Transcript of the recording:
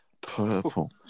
purple